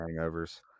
hangovers